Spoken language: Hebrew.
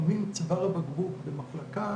לפעמים צוואר הבקבוק במחלקה